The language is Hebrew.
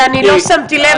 ואני לא שמתי לב,